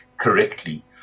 correctly